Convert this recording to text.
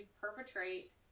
perpetrate